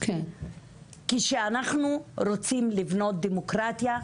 כשאנחנו רוצים לבנות דמוקרטיה,